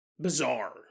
bizarre